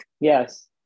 yes